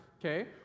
okay